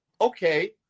okay